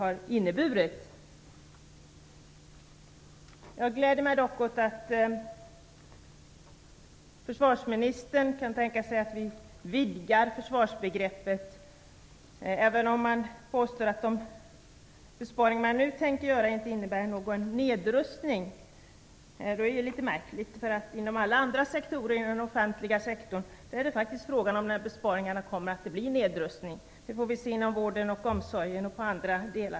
Jag gläder mig dock åt att försvarsministern kan tänka sig att vidga försvarsbegreppet, även om han påstår att de besparingar som man nu tänker göra inte innebär någon nedrustning. Det är litet märkligt. Inom alla andra sektorer inom den offentliga sektorn är det faktiskt fråga om en nedrustning när det blir besparingar. Detta ser vi bl.a. inom vården och omsorgen.